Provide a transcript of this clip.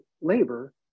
labor